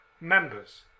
members